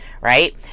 right